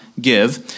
give